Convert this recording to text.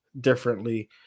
differently